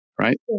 right